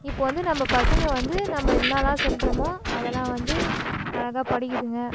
இப்போது வந்து நம்ம பசங்க வந்து நம்ம என்னலாம் சொல்கிறமோ அதெல்லாம் வந்து அழகாக படிக்குதுங்க